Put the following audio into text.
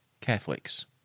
Catholics